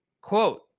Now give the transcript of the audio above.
Quote